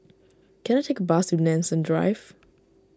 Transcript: can I take a bus to Nanson Drive